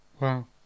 Wow